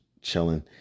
chilling